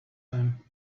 time